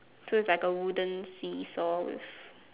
so it's like a wooden seesaw with